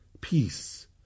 peace